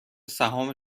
سهام